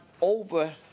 over